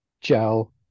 gel